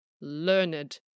learned